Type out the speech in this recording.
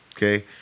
Okay